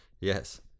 Yes